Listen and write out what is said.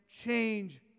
change